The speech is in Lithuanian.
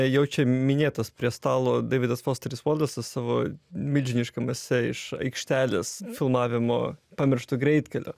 jau čia minėtas prie stalo deividas fosteris volasas savo milžiniška mase iš aikštelės filmavimo pamirštu greitkeliu